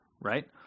right